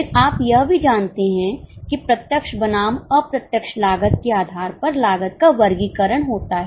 फिर आप यह भी जानते हैं कि प्रत्यक्ष बनाम अप्रत्यक्ष लागत के आधार पर लागत का वर्गीकरण होता है